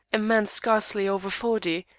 a man scarcely over forty,